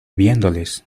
viéndoles